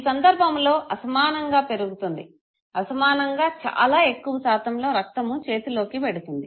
ఈ సందర్భములో అసమానంగా పెరుతుంది అసమానంగా చాలా ఎక్కువ శాతంలో రక్తము చేతిలోకి వెడుతుంది